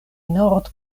nord